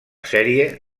sèrie